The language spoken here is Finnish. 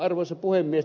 arvoisa puhemies